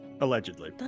Allegedly